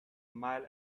mile